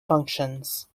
functions